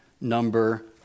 number